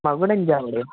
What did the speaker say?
மகுடஞ்சாவடியா